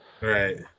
Right